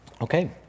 Okay